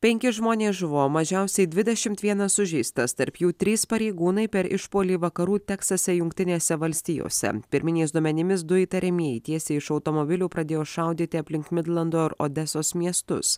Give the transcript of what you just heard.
penki žmonės žuvo mažiausiai dvidešimt vienas sužeistas tarp jų trys pareigūnai per išpuolį vakarų teksase jungtinėse valstijose pirminiais duomenimis du įtariamieji tiesiai iš automobilių pradėjo šaudyti aplink midlando ir odesos miestus